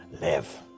live